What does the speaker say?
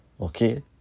okay